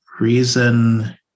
reason